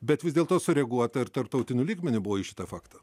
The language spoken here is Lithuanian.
bet vis dėl to sureaguota ir tarptautiniu lygmeniu buvo į šitą faktą